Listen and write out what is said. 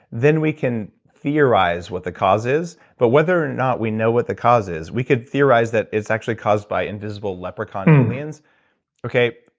then we can theorize what the cause is. but whether or not we know what the cause is, we could theorize that it's actually caused by invisible leprechaun aliens okay,